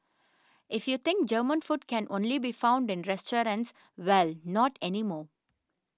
if you think German food can only be found in restaurants well not anymore